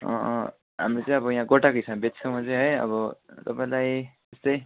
हाम्रो चाहिँ अब यहाँ गोटाको हिसाबमा बेच्छ मैले है अब तपाईँलाई यस्तै